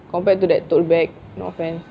compared to that tote bag no offence